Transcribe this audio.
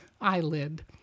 eyelid